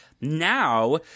now